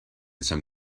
some